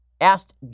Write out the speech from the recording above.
asked